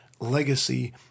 legacy